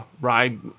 ride